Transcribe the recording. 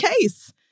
case